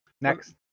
next